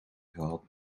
gehad